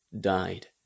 died